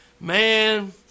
Man